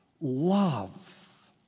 love